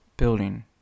Building